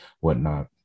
whatnot